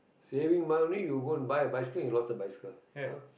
saving mah only you go and buy the bicycle you lost the bicycle ah